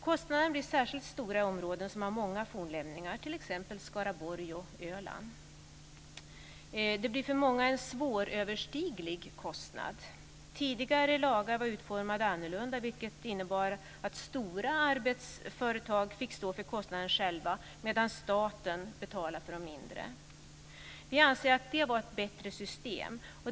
Kostnaderna blir särskilt stora i områden som har många fornlämningar, t.ex. Skaraborg och Öland. Det blir för många en svåröverstiglig kostnad. Tidigare lagar var annorlunda utformade, vilket innebar att stora arbetsföretag fick stå för kostnaden själva medan staten betalade för de mindre. Vi anser att det var ett bättre system.